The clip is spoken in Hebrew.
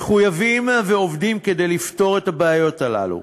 מחויבים ועובדים כדי לפתור את הבעיות האלה,